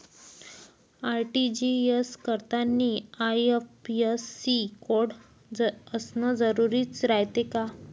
RTGS करतांनी IFSC code असन जरुरी रायते का?